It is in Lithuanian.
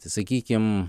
tai sakykim